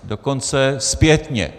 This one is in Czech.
Dokonce zpětně.